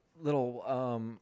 little